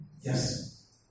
Yes